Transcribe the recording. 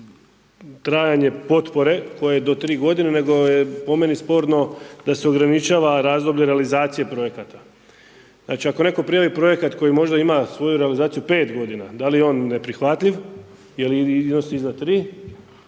trajanje potpore koja je do 3 godine nego je po meni sporno da se ograničava razdoblje realizacije projekata. Znači ako netko prijavi projekat koji možda ima svoju realizaciju 5 godina, da li je on neprihvatljiv, …/Govornik se